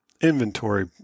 inventory